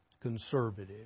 conservative